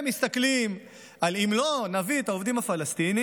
הם מסתכלים על: אם לא נביא את העובדים הפלסטינים,